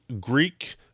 Greek